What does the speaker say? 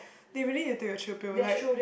they really have take the chill pill like